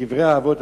בקברי האבות,